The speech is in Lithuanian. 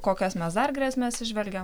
kokias mes dar grėsmes įžvelgiam